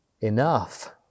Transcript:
enough